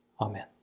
Amen